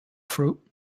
fruit